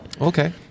Okay